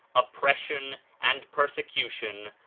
oppression and persecution,